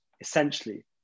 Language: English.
essentially